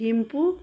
Thimphu